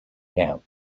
camp